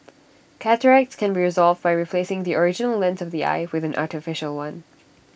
cataracts can be resolved by replacing the original lens of the eye with an artificial one